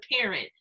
parent